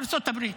וארצות הברית.